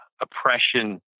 oppression